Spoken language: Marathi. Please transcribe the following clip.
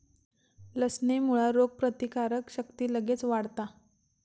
लसणेमुळा रोगप्रतिकारक शक्ती लगेच वाढता